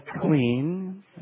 clean